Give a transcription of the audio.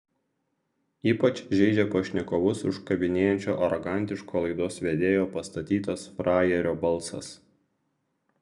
ypač žeidžia pašnekovus užkabinėjančio arogantiško laidos vedėjo pastatytas frajerio balsas